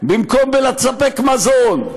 במקום בלספק מזון.